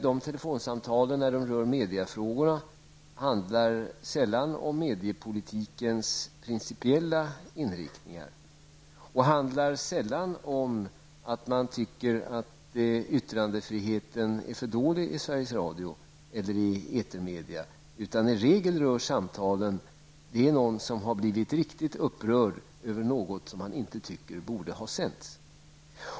De telefonsamtal som rör mediafrågor handlar sällan om mediapolitikens principiella inriktning och att man tycker att yttrandefriheten är för dålig i Sveriges Radio och etermedia. Samtalen kommer i regel från en person som har blivit mycket upprörd över något han eller hon inte tycker borde ha sänts.